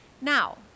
now